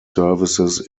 services